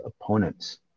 opponents